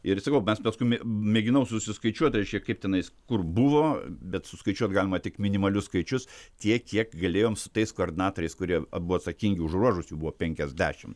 ir sakau mes paskui mė mėginau susiskaičiuot reiškia kaip tenais kur buvo bet suskaičiuot galima tik minimalius skaičius tiek kiek galėjom su tais koordinatoriais kurie buvo atsakingi už ruožus jų buvo penkiasdešim